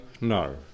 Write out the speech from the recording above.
no